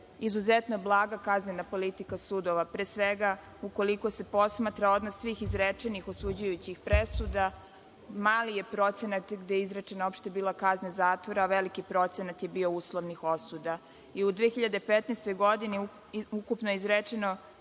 izuzetno blaga kaznena politika sudova, pre svega ukoliko se posmatra odnos svih izrečenih osuđujućih presuda, mali je procenat gde je bila izrečena opšta kazna zatvora, a veliki procenat je bio uslovnih osuda.U 2015. godini ukupno je izrečeno